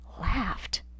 laughed